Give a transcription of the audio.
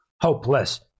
Hopeless